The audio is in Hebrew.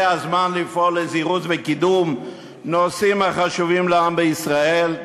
זה הזמן לפעול לזירוז וקידום נושאים החשובים לעם בישראל.